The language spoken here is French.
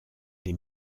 les